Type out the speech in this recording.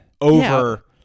over